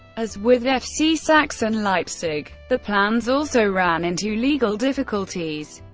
as with fc sachsen leipzig, the plans also ran into legal difficulties.